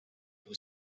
who